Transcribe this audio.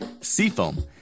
Seafoam